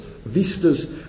Vistas